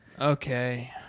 Okay